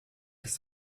ist